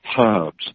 herbs